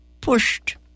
pushed